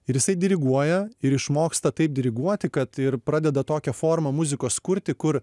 ir jisai diriguoja ir išmoksta taip diriguoti kad ir pradeda tokią formą muzikos kurti kur